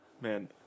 man